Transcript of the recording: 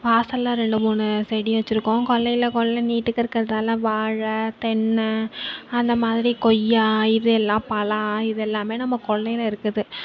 வாசலில் ரெண்டு மூணு செடி வச்சுருக்கோம் கொல்லையில் கொல்லை நீட்டுக்கு இருக்கிறதுனால வாழை தென்னை அந்தமாதிரி கொய்யா இதுயெல்லாம் பழம் இதுயெல்லாம் நம்ம கொல்லையில் இருக்குது